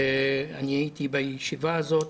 אני הייתי בישיבה הזאת.